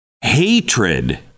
Hatred